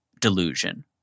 delusion